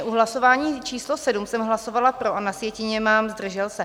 U hlasování číslo 7 jsem hlasovala pro, a na sjetině mám zdržela se.